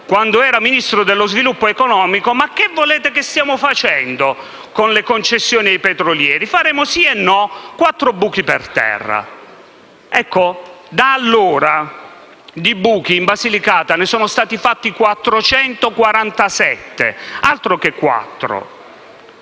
quando era Ministro dello sviluppo economico: «Ma che volete che stiamo facendo con le concessioni ai petrolieri? Faremo sì e no quattro buchi per terra». Ebbene, da allora di buchi in Basilicata ne sono stati fatti 447, altro che quattro.